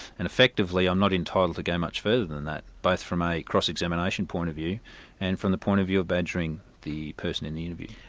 and effectively, i'm not entitled to go much further than that, both from a cross-examination point of view and from the point of view of badgering the person in the interview.